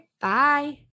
Bye